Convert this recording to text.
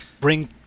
bring